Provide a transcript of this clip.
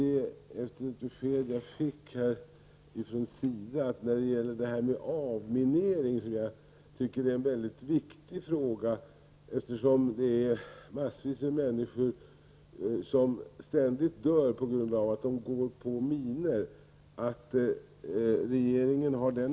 Efter ett besked från SIDA har jag förstått att regeringen inte vill ge direkt hjälp till Cambodja i den del som rör avmineringen utan att hjälpen i stället skall gå via FN.